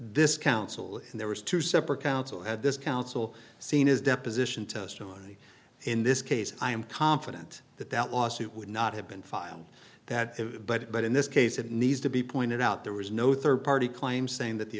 this counsel and there was two separate counsel had this counsel seen his deposition testimony in this case i am confident that that lawsuit would not have been filed that but but in this case it needs to be pointed out there was no rd party claim saying that the